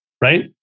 right